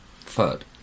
Third